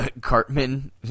Cartman